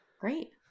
great